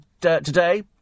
today